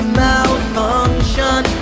malfunction